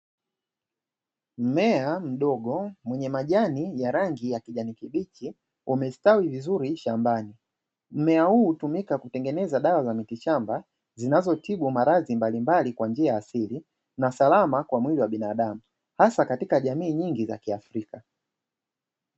Mmea mdogo wenye majani ya rangi ya kijani kibichi umestawi vizuri shambani. Mmea huu hutumika kutengeneza dawa za miti shamba zinazotibu maradhi mbalimbali kwa njia ya asili na salama, kwa ajili ya binadamu hasa katika jamii nyingi za kiafrika.